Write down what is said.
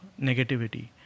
negativity